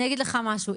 אני אגיד לך משהו,